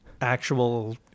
actual